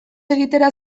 egitera